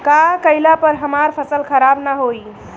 का कइला पर हमार फसल खराब ना होयी?